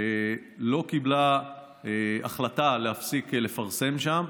לא קיבלה החלטה להפסיק לפרסם שם.